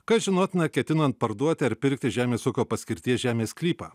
kas žinotina ketinant parduoti ar pirkti žemės ūkio paskirties žemės sklypą